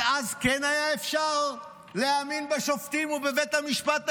אז כן היה אפשר להאמין בשופטים ובבית המשפט העליון?